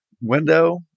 window